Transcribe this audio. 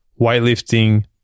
weightlifting